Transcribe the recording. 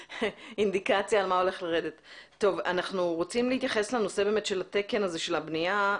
אנחנו רוצים להתייחס לנושא של תקן הבנייה.